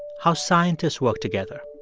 how scientists work together.